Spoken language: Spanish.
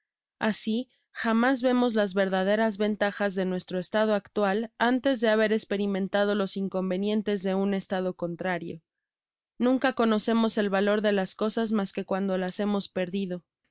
así jamás vemos las verdaderas ventajas de nuestro estado actual antes de haber esperimentado los inconvenientes de un estado contrario nunca conocecemos el valor de las cosas mas que cuando las hemos perdido